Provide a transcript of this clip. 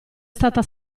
stata